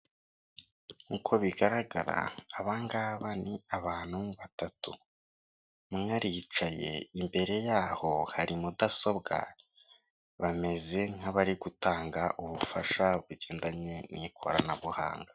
Uko bigaragara abanga ni abantu batatu, umwe aricaye imbere yaho hari mudasobwa bameze nk'abari gutanga ubufasha bugendanye n'ikoranabuhanga.